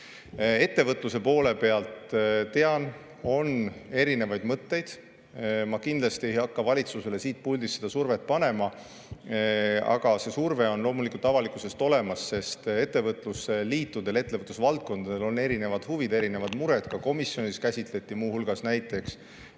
Ettevõtluse poole pealt, tean, on erinevaid mõtteid. Ma kindlasti ei hakka valitsusele siit puldist seda survet panema. Aga see surve on loomulikult avalikkuses olemas, sest ettevõtlusliitudel, ettevõtlusvaldkondadel on erinevad huvid, erinevad mured. Ka komisjonis käsitleti muu hulgas näiteks